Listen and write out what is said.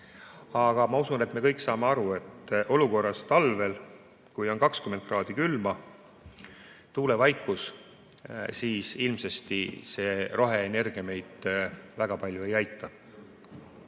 Aga ma usun, et me kõik saame aru, et olukorras, kus talvel on 20 kraadi külma ja tuulevaikus, ilmselt roheenergia meid väga palju ei aita.